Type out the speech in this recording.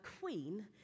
Queen